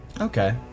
Okay